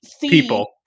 People